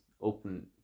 open